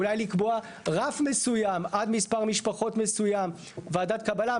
אולי לקבוע רף מסוים עד מספר משפחות מסוים ועדת קבלה,